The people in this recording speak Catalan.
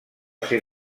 ser